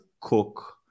cook